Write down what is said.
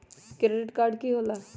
Credit card की होला?